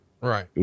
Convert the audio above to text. Right